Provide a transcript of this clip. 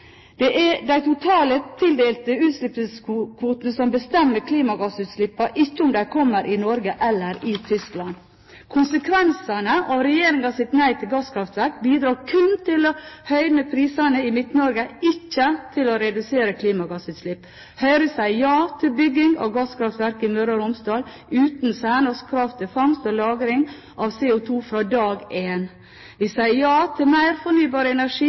Det er de totale tildelte utslippskvotene som bestemmer klimagassutslippene – ikke om de kommer i Norge eller i Tyskland. Konsekvensene av regjeringens nei til gasskraftverk bidrar kun til å høyne strømprisene i Midt-Norge, ikke til å redusere klimagassutslipp. Høyre sier ja til bygging av gasskraftverk i Møre og Romsdal uten særnorske krav til fangst og lagring av CO2 fra dag én. Vi sier ja til mer fornybar energi